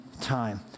time